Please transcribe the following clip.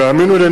והאמינו לי,